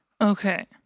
Okay